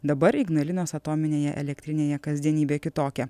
dabar ignalinos atominėje elektrinėje kasdienybė kitokia